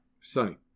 sunny